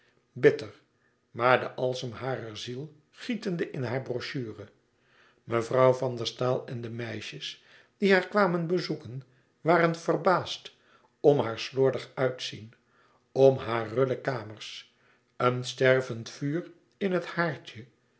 bitter maar den alsem harer ziel gietende in hare brochure mevrouw van der staal en de meisjes die haar kwamen bezoeken waren verbaasd om haar slordig uitzien om haar rulle kamers een stervend vuur in het haardje